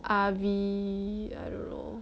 R_V I don't know